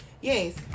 Yes